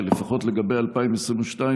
שלפחות לגבי 2022,